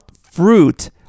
fruit